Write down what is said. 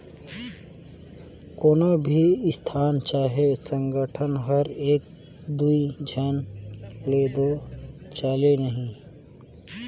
कोनो भी संस्था चहे संगठन हर एक दुई झन ले दो चले नई